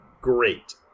great